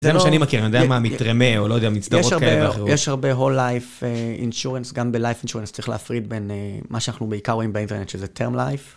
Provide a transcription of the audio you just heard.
זה מה שאני מכיר, אני יודע מה, מטרמה, או לא יודע מסדרות כאלה ואחרות. יש הרבה whole life insurance, גם בlife insurance, צריך להפריד בין מה שאנחנו בעיקר רואים באינטרנט שזה term life.